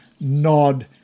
nod